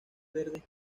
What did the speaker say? verdes